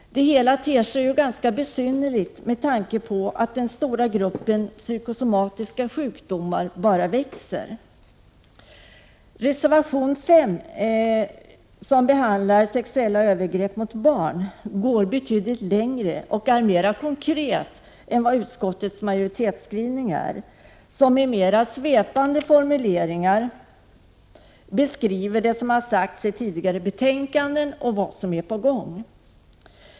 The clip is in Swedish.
Det hela ter sig ganska besynnerligt med tanke på att en redan nu stor grupp människor med psykosomatiska sjukdomar bara växer. I reservation 5, som gäller sexuella övergrepp mot barn, går man betydligt längre. Reservanterna uttalar sig mera konkret än vad utskottets majoritet gör i sin skrivning, där man med mera svepande formuleringar beskriver det som har sagts i tidigare betänkande om vad som är på gång.